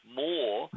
more